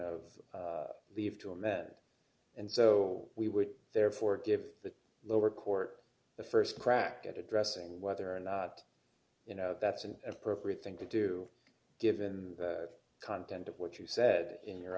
of leave to read and so we would therefore give the lower court the st crack at addressing whether or not you know that's an appropriate thing to do given the content of what you said in your